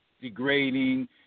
Degrading